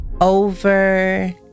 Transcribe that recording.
over